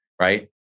right